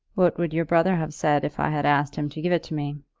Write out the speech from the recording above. what would your brother have said if i had asked him to give it to me?